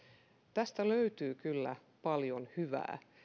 tästä löytyy kyllä paljon hyvää